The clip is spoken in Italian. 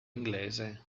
inglese